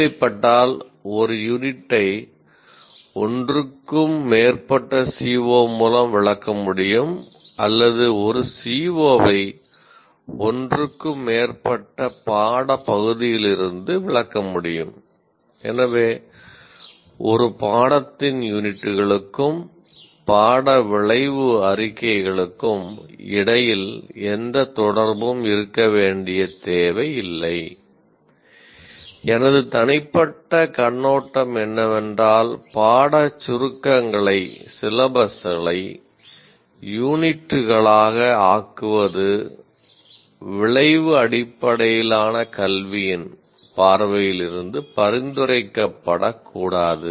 தேவைப்பட்டால் ஒரு யூனிட்டை ஒன்றுக்கும் மேற்பட்ட சிஓ யூனிட்டுகளாக ஆக்குவது விளைவு அடிப்படையிலான கல்வியின் பார்வையில் இருந்து பரிந்துரைக்கப்படக்கூடாது